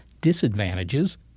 disadvantages